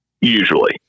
Usually